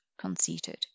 conceited